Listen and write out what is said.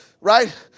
right